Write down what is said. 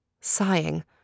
Sighing